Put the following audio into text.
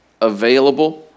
available